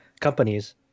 companies